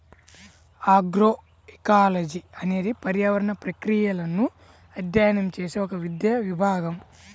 agroecology అనేది పర్యావరణ ప్రక్రియలను అధ్యయనం చేసే ఒక విద్యా విభాగం